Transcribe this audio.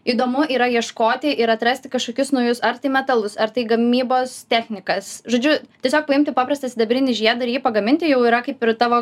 įdomu yra ieškoti ir atrasti kažkokius naujus ar tai metalus ar tai gamybos technikas žodžiu tiesiog paimti paprastą sidabrinį žiedą ir jį pagaminti jau yra kaip ir tavo